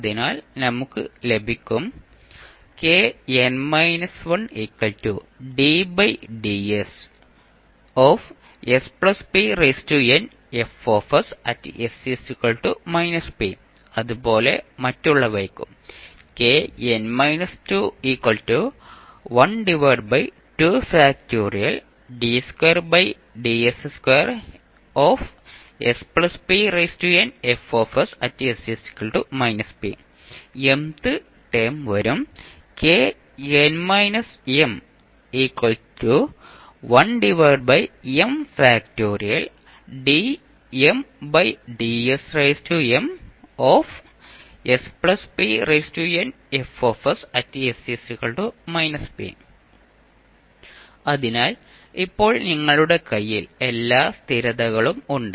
അതിനാൽ നമുക്ക് ലഭിക്കും അതുപോലെ മറ്റുള്ളവയ്ക്കും Mth ടേം വരും അതിനാൽ ഇപ്പോൾ നിങ്ങളുടെ കൈയിൽ എല്ലാ സ്ഥിരതകളും ഉണ്ട്